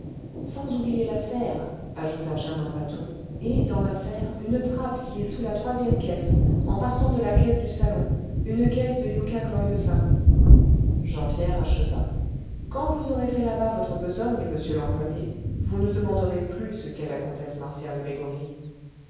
sans oublier la serre ajouta germain patou et dans la serre une trappe qui est sous la troisième caisse en partant de la caisse du salon une caisse de yucca gloriosa jean pierre acheva quand vous aurez fait là-bas votre besogne monsieur l'employé vous ne demanderez plus ce qu'est la comtesse marcian gregoryi